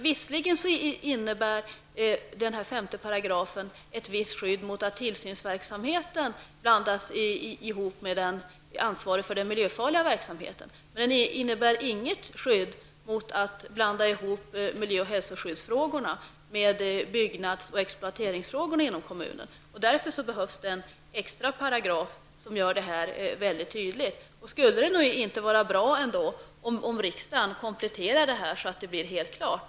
Visserligen innebär 5 § ett visst skydd mot att tillsynsverksamheten blandas ihop med ansvaret för den miljöfarliga verksamheten, men det innebär inget skydd mot att man blandar ihop miljö och hälsoskyddsfrågorna med byggnads och exploateringsfrågorna inom kommunen. Av den anledningen behövs en extra paragraf som gör detta tydligt. Skulle det inte ändå vara bra om riksdagen kompletterade detta så att det blev helt klart?